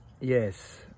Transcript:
yes